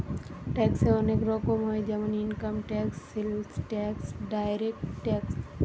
ট্যাক্সে অনেক রকম হয় যেমন income tax, sales tax, direct tax